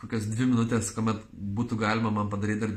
kokios dvi minutes kuomet būtų galima man padaryt dar